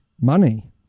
money